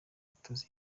gutoza